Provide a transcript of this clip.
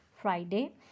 Friday